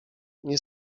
nie